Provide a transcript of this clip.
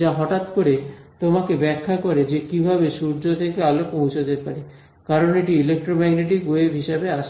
যা হঠাৎ করে তোমাকে ব্যাখ্যা করে যে কীভাবে সূর্য থেকে আলো পৌঁছতে পারে কারণ এটি ইলেক্ট্রোম্যাগনেটিক ওয়েভ হিসাবে আসছে